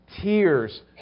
tears